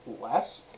less